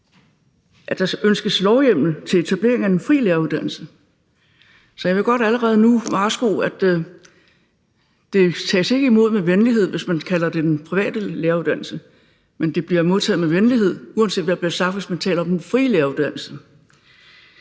at der ønskes lovhjemmel til etablering af den frie læreruddannelse. Så jeg vil godt allerede nu varsko, at det ikke tages imod med venlighed, hvis man kalder det den private læreruddannelse, mens det bliver modtaget med venlighed, uanset hvad der bliver sagt, hvis man taler om den frie læreruddannelse.